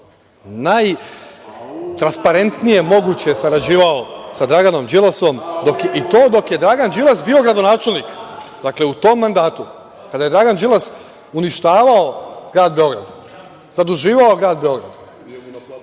najtransparentnije moguće sarađivao sa Draganom Đilasom i to dok je Dragan Đilas bio gradonačelnik, u tom mandatu, kada je Dragan Đilas uništavao grad Beograd, zaduživao grad Beograd.